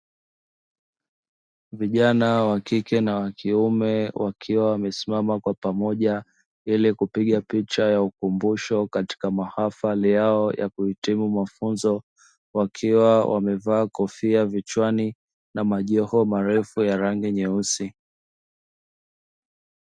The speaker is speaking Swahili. Vijana wa kike na wa kiume wakiwa wamesimama kwa pamoja, ili kupiga picha ya ukumbusho katika mahafali yao ya kuhitimu mafunzo, wakiwa wamevaa kofia vichwani na majoho marefu ya rangi nyeusi.